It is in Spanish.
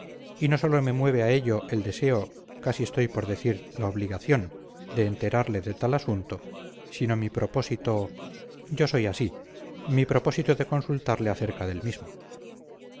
y no sólo me mueve a ello el deseo casi estoy por decir la obligación de enterarle de tal asunto sino mi propósito yo soy así mi propósito de consultarle acerca del mismo